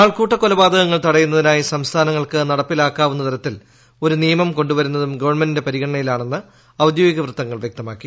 ആൾക്കൂട്ട കൊലപാതകങ്ങൾ തടയുന്നതിനായി സംസ്ഥാനങ്ങൾക്കു നടപ്പിലാക്കാവുന്ന തരത്തിൽ ഒരു നിയമം കൊണ്ടുവരുന്നതും ഗവൺമെന്റിന്റെ പരിഗണനയിലാണെന്ന് ഔദ്യോഗിക വൃത്തങ്ങൾ വൃക്തമാക്കി